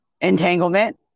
entanglement